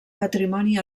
patrimoni